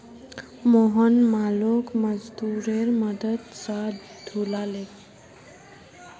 मोहन मालोक मजदूरेर मदद स ढूला ले